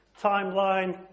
Timeline